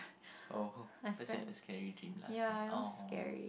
oh cause you had a scary dream last night oh